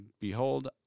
Behold